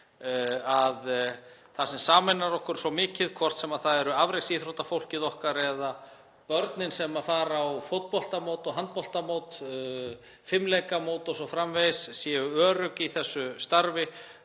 að það sem sameinar okkur svo mikið, hvort sem það er afreksíþróttafólkið okkar eða börnin sem fara á fótboltamót og handboltamót, fimleikamót o.s.frv., að þau séu örugg í þessu starfi.